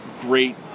great